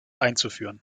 einzuführen